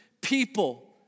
people